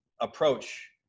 approach